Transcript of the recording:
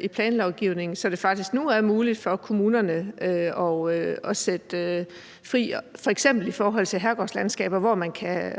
i planlovgivningen, så det faktisk nu er muligt for kommunerne at blive sat fri, f.eks. i forhold til herregårdslandskaber, hvor man kan